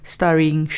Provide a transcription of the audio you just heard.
Starring